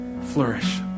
flourish